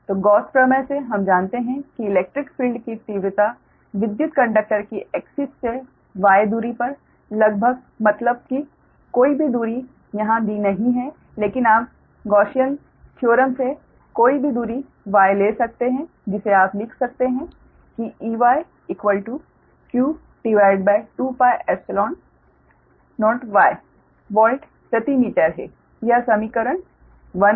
तो गॉस प्रमेय से हम जानते हैं कि इलेक्ट्रिक फील्ड की तीव्रता विद्युत कंडक्टर की एक्सिस से y दूरी पर मतलब कि कोई भी दूरी यहाँ दी नहीं है लेकिन आप गौसियन प्रमेय से कोई भी दूरी y ले सकते हैं जिसे आप लिख सकते हैं कि Ey q20y वॉल्ट प्रति मीटर है यह समीकरण 1 है